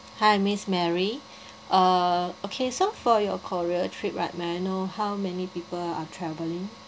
hi miss mary err okay so for your korea trip right may I know how many people are travelling